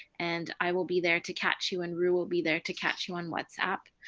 and i will be there to catch you, and roo will be there to catch you on whatsapp.